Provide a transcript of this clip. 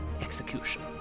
execution